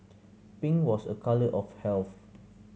pink was a colour of health